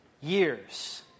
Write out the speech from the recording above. years